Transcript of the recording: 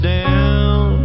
down